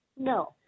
No